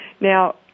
Now